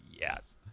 yes